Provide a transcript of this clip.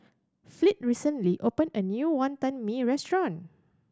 Fleet recently opened a new Wonton Mee restaurant